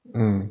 mm